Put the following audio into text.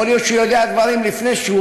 יכול להיות שהוא יודע דברים לפני שהוא